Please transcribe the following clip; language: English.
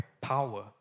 power